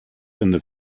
ende